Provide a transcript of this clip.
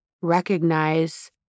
Recognize